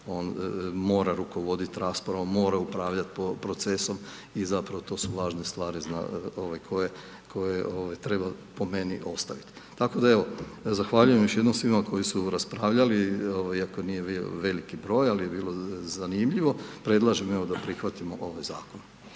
on mora rukovodit raspravom, mora upravljat procesom i zapravo to su važne stvari ovaj koje, koje ovaj treba po meni ostavit. Tako da evo zahvaljujem još jednom svima koji su raspravljali ovaj iako nije bio veliki broj, ali je bilo zanimljivo, predlažem evo da prihvatimo ovaj zakon.